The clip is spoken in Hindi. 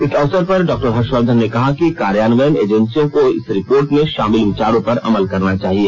इस अवसर पर डॉ हर्ष वर्धन ने कहा कि कार्यान्वयन एजेंसियों को इस रिपोर्ट में शामिल विचारों पर अमल करना चाहिए